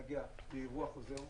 נגיע לאירוע חוזר,